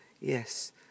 yes